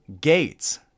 Gates